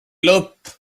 lõpp